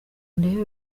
ndebe